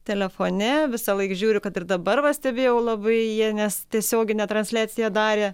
telefone visąlaik žiūriu kad ir dabar va stebėjau labai jie nes tiesioginę transliaciją darė